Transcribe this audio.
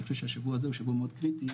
אני חושב שהשבוע הזה הוא שבוע מאוד קריטי,